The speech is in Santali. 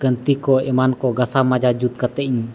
ᱠᱟᱱᱛᱤ ᱠᱚ ᱮᱢᱟᱱ ᱠᱚ ᱜᱟᱥᱟᱣ ᱢᱟᱡᱟᱣ ᱡᱩᱛ ᱠᱟᱛᱮᱜ ᱤᱧ